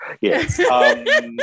Yes